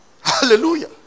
Hallelujah